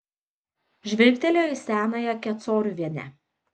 žvilgtelėjo į senąją kecoriuvienę